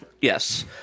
Yes